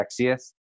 sexiest